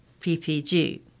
PPG